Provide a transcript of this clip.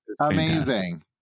Amazing